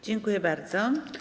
Dziękuję bardzo.